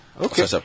Okay